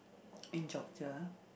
in Yogya